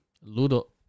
Ludo